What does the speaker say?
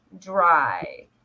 dry